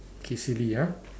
K silly ah